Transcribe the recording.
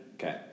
Okay